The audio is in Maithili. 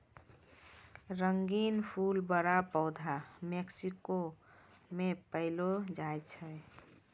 रंगीन फूल बड़ा पौधा मेक्सिको मे पैलो जाय छै